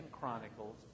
Chronicles